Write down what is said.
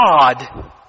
God